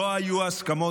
לא היו הסכמות,